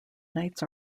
nights